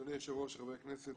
אדוני היושב-ראש, חברי הכנסת,